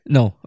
No